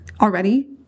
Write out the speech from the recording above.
already